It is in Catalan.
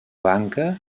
banca